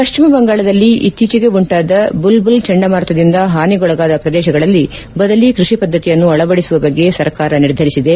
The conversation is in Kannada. ಪಶ್ಲಿಮಬಂಗಾಳದಲ್ಲಿ ಇತ್ತೀಚೆಗೆ ಉಂಟಾದ ಬುಲ್ಬುಲ್ ಚಂಡಮಾರುತದಿಂದ ಹಾನಿಗೊಳಗಾದ ಪ್ರದೇಶಗಳಲ್ಲಿ ಬದಲಿ ಕೃಷಿ ಪದ್ಧತಿಯನ್ನು ಅಳವಡಿಸುವ ಬಗ್ಗೆ ಸರ್ಕಾರ ನಿರ್ಧರಿಸಿದೆ